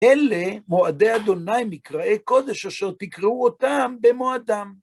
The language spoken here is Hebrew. אלה מועדי ה' מקראי קודש, אשר תקראו אותם במועדם.